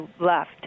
left